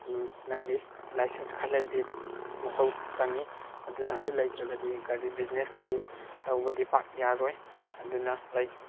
ꯅꯪꯒꯤ ꯂꯥꯏꯁꯦꯟꯁ ꯈꯔ ꯂꯩꯕ ꯃꯊꯧ ꯆꯪꯏ ꯑꯗꯨꯅ ꯑꯗꯨ ꯂꯩꯇ꯭ꯔꯒꯗꯤ ꯒꯥꯔꯤ ꯕꯤꯖꯤꯅꯦꯁꯀꯗꯤ ꯇꯧꯕꯗꯤ ꯄꯥꯛ ꯌꯥꯔꯣꯏ ꯑꯗꯨꯅ ꯂꯥꯏꯛ